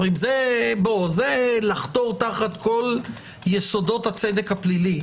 זה לחתור תחת כל יסודות הצדק הפלילי.